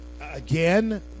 Again